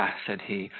said he,